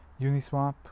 Uniswap